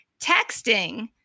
texting